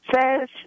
says